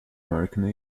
american